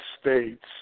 States